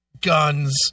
guns